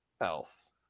else